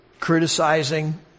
criticizing